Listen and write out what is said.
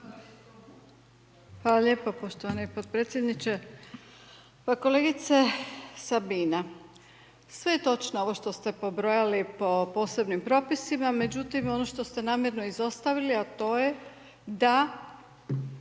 Hvala lijepa poštovani potpredsjedniče. Pa kolegice Sabina, sve je točno ovo što ste pobrojali po posebnim propisima međutim ono što ste namjerno izostavili a to je da